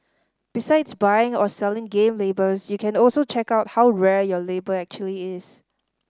besides buying or selling game labels you can also check out how rare your label actually is